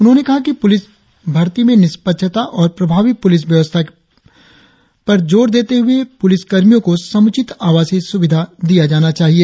उन्होंने कहा कि पुलिस भर्ती में निष्पक्षता और प्रभावी पुलिस व्यवस्था के लिए पर जोर देते हुए पुलिस कर्मियों को समूचित आवासीय सुविधा पर जोर दिया